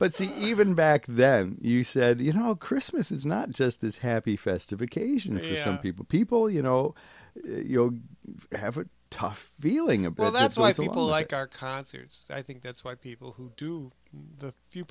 but see even back then you said you know christmas is not just this happy festive occasion when people people you know you know have a tough feeling a bell that's why some people like our concerts i think that's why people who do the few